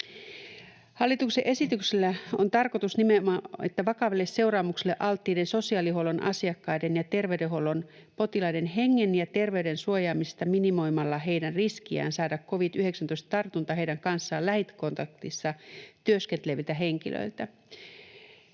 Hallituksen esityksellä on tarkoitus nimenomaan vakaville seuraamuksille alttiiden sosiaalihuollon asiakkaiden ja terveydenhuollon potilaiden hengen ja terveyden suojaaminen minimoimalla heidän riskiään saada covid-19-tartunta heidän kanssaan lähikontaktissa työskenteleviltä henkilöiltä.